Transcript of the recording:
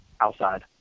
Outside